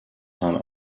time